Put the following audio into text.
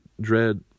dread